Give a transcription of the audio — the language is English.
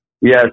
Yes